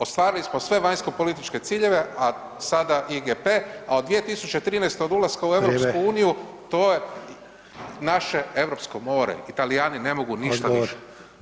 Ostvarili smo sve vanjskopolitičke ciljeve, a sada IGP, a od 2013. od ulaska u EU [[Upadica: Vrijeme.]] to je naše europsko more, Talijani ne mogu ništa više.